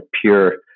pure